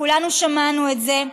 כולנו שמענו את זה.